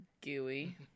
Gooey